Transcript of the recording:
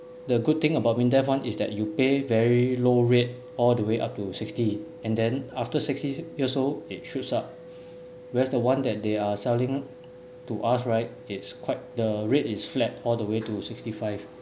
the good thing about MINDEF [one] is that you pay very low rate all the way up to sixty and then after sixty years old it shoots up whereas the one that they are selling to us right it's quite the rate is flat all the way to sixty five